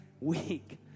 week